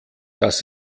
das